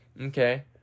Okay